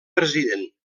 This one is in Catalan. president